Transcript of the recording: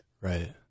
Right